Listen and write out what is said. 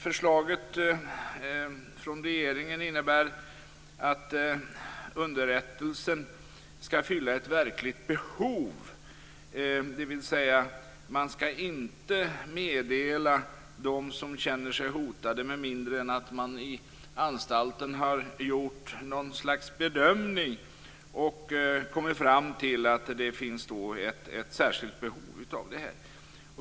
Förslaget från regeringen innebär att underrättelsen skall fylla ett verkligt behov, dvs. man skall inte meddela dem som känner sig hotade med mindre än att man i anstalten har gjort någon slags bedömning och kommit fram till att det finns ett särskilt behov av det.